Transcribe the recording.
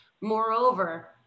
Moreover